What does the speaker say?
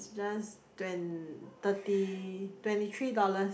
just twen~ thirty twenty three dollars